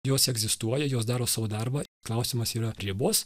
jos egzistuoja jos daro savo darbą klausimas yra ribos